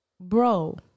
Bro